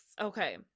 Okay